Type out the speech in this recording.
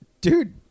dude